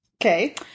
Okay